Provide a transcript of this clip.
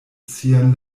sian